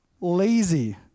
lazy